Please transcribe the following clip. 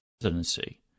presidency